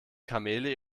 kamele